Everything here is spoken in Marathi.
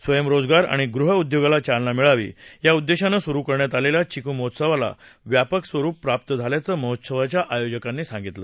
स्वयंरोजगार आणि गृहउद्योगाला चालना मिळावी या उद्देशानं सुरू करण्यात आलेल्या चिकू महोत्सवाला व्यापक स्वरूप प्राप्त झाल्याचं महोत्सवाच्या आयोजकांनी सांगितलं